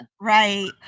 Right